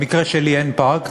במקרה שלי אין פארק,